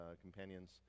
companions